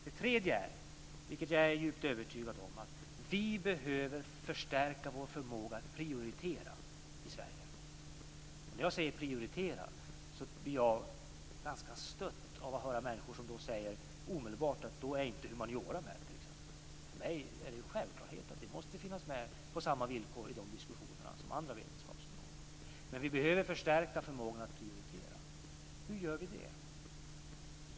Det tredje är, och det är jag helt övertygad om, att vi behöver förstärka vår förmåga att prioritera i Sverige. Om jag säger prioritera blir jag ganska stött över att höra människor säga att då är inte humaniora med. För mig är det en självklarhet att det måste finnas med i diskussionen på samma villkor som andra vetenskapsområden. Vi behöver förstärka förmågan att prioritera. Hur gör vi det?